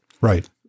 Right